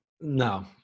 No